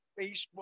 Facebook